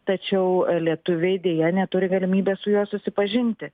tačiau lietuviai deja neturi galimybės su juo susipažinti